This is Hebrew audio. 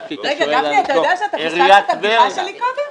גפני, אתה יודע שפספסת את הבדיחה שלי קודם?